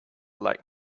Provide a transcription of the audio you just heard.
like